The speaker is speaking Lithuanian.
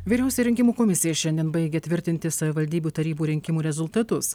vyriausioji rinkimų komisija šiandien baigia tvirtinti savivaldybių tarybų rinkimų rezultatus